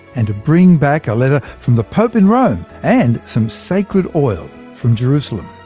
and to bring back a letter from the pope in rome, and some sacred oil from jerusalem.